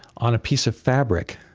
on a piece of fabric,